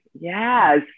yes